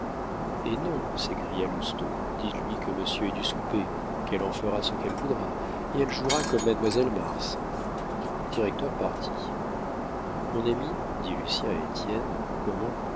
eh non s'écria lousteau dites-lui que monsieur est du souper qu'elle en fera ce qu'elle voudra et elle jouera comme mademoiselle mars le directeur partit mon ami dit lucien à étienne comment